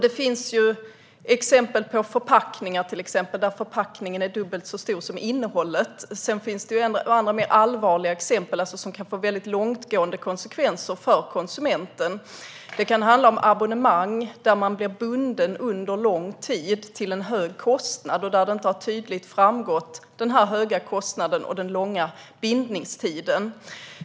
Det finns exempel där förpackningen är dubbelt så stor som innehållet. Det finns också mer allvarliga exempel, där det kan få långtgående konsekvenser för konsumenten. Det kan vara abonnemang där man blir bunden under lång tid till en hög kostnad och där den höga kostnaden och långa bindningstiden inte har framgått.